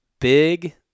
big